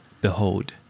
Behold